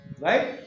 right